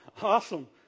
awesome